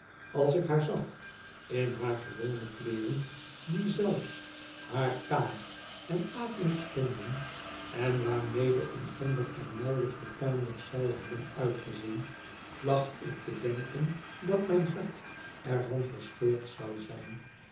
als ik haar zag in haar gewone kleeren die zelfs haar kaal en akelig stonden en waarmede een ander er nauwelijks betamelijk zou hebben uitgezien placht ik te denken dat mijn hart er van verscheurd zou zijn